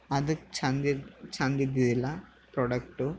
ಅದಕ್ಕೆ ಚಂದ ಇದು ಚಂದು ಇದ್ದಿದ್ದಿಲ್ಲ ಪ್ರಾಡಕ್ಟು